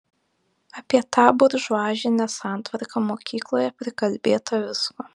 apie tą buržuazinę santvarką mokykloje prikalbėta visko